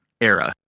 era